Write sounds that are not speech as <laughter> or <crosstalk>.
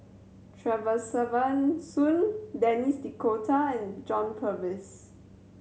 <unintelligible> Soon Denis D'Cotta and John Purvis